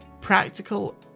practical